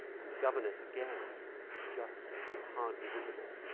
and the governess again is just hardly visible.